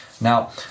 Now